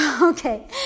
Okay